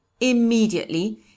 Immediately